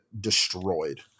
destroyed